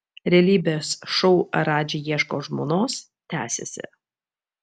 realybės šou radži ieško žmonos tęsiasi